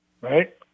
right